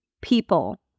people